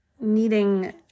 needing